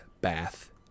Bath